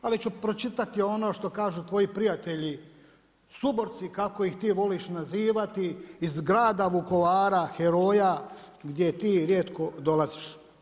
Ali ću pročitati ono što kažu tvoji prijatelji, suborci, kako ih ti voliš nazivati iz grada Vukovara, heroja gdje ti rijetko dolaziš.